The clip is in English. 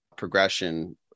progression